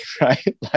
right